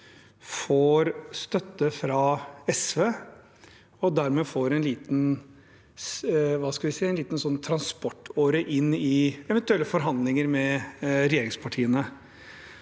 får støtte fra SV og dermed en liten transportåre inn i eventuelle forhandlinger med regjeringspartiene.